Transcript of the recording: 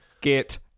get